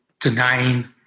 denying